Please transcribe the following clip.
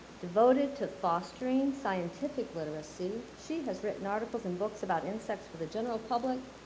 devoted to fostering scientific literacy, she has written articles and books about insects for the general public,